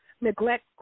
neglect